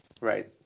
right